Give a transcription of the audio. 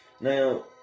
Now